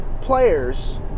players